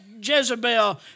Jezebel